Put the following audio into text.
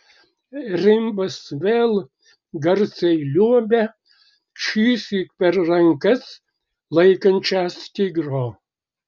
rimbas vėl garsiai liuobia šįsyk per rankas laikančias tigrą